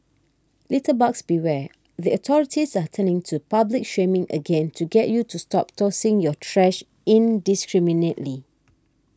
litterbugs beware the authorities are turning to public shaming again to get you to stop tossing your trash indiscriminately